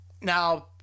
Now